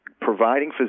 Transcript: providing